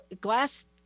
glass